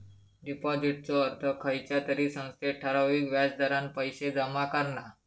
डिपाॅजिटचो अर्थ खयच्या तरी संस्थेत ठराविक व्याज दरान पैशे जमा करणा